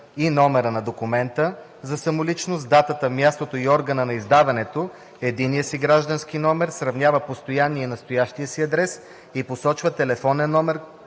и номера на документа му за самоличност, датата, мястото и органа на издаването, единния си граждански номер, сравнява постоянния и настоящия си адрес и посочва телефонен номер,